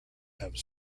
have